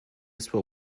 spał